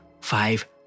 five